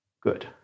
Good